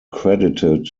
credited